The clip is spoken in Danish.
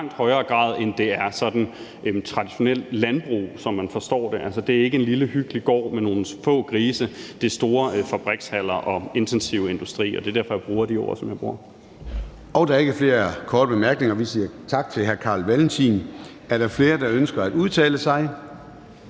store fabrikshaller, end det er traditionelt landbrug, som man forstår det. Det er ikke en lille, hyggelig gård med nogle få grise; det er store fabrikshaller og intensiv industri. Og det er derfor, jeg bruger de ord, som jeg bruger. Kl. 10:14 Formanden (Søren Gade): Der er ikke flere korte bemærkninger. Vi siger tak til hr. Carl Valentin. Er der flere, der ønsker at udtale sig?